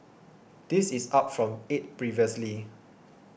this is up from eight previously